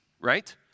right